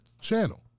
channel